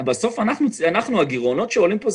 בסוף אנחנו אלה שנחזיר את הגירעונות שעולים פה,